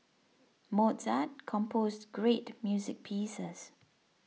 Mozart composed great music pieces